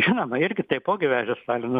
žinoma irgi taipogi vežė stalino